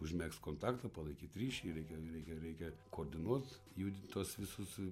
užmegzt kontaktą palaikyt ryšį reikia reikia reikia koordinuot judint tuos visus